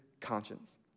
conscience